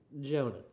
Jonah